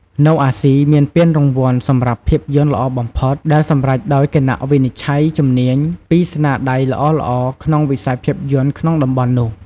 នៅអាស៊ី មានពានរង្វាន់សម្រាប់ភាពយន្តល្អបំផុត ដែលសម្រេចដោយគណៈវិនិច្ឆ័យជំនាញ ពីស្នាដៃល្អៗក្នុងវិស័យភាពយន្តក្នុងតំបន់នោះ។